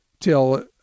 till